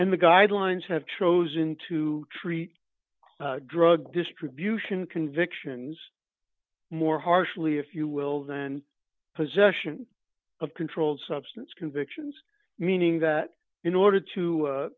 and the guidelines have chosen to treat drug distribution convictions more harshly if you will then possession of controlled substance convictions meaning that in order to